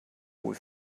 wohl